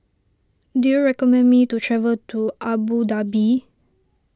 do you recommend me to travel to Abu Dhabi